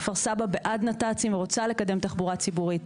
כפר סבא בעד נת"צים ורוצה לקדם תחבורה ציבורית,